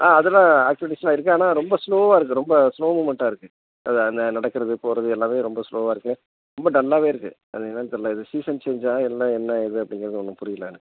ஆ அதெல்லாம் ஆக்டிவிட்டிஸ்லாம் இருக்குது ஆனால் ரொம்ப ஸ்லோவாக இருக்குது ரொம்ப ஸ்லோ மூவ்மெண்டாக இருக்குது அது அந்த நடக்கிறது போவது எல்லாமே ரொம்ப ஸ்லோவாக இருக்குது ரொம்ப டல்லாவே இருக்குது அது என்னன்னு தெரிலை இது சீசன் சேஞ்சா என்ன என்ன ஏது அப்படிங்கறது ஒன்றும் புரியலை எனக்கு